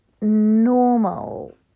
normal